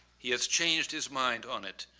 he has changed his mind on it.